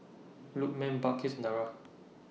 Lukman Balqis and Dara